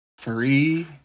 three